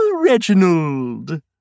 Reginald